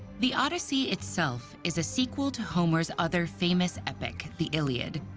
the odyssey itself is a sequel to homer's other famous epic, the iliad,